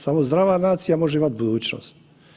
Samo zdrava nacija može imati budućnost.